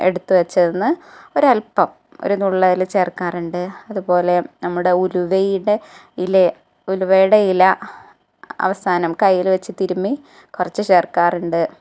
എടുത്തു വെച്ചതിന് ഒരൽപ്പം ഒരു നുള്ള് അതിൽ ചേർക്കാറുണ്ട് അതുപോലെ നമ്മുടെ ഉരുവയുടെ ഇല ഉലുവയുടെ ഇല അവസാനം കൈയ്യിൽ വെച്ച് തിരുമി കുറച്ച് ചേർക്കാറുണ്ട്